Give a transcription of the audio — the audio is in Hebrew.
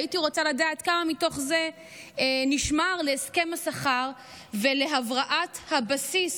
הייתי רוצה לדעת כמה מתוך זה נשמר להסכם השכר ולהבראת הבסיס.